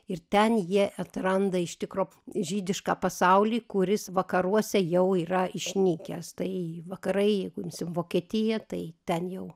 ir ten jie atranda iš tikro žydišką pasaulį kuris vakaruose jau yra išnykęs tai vakarai jeigu imsim vokietiją tai ten jau